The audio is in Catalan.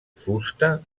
fusta